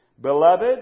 Beloved